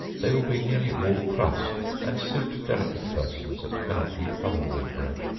they will be nearly all crust, and suit delicate persons that cannot eat other warm bread.